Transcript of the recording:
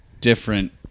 different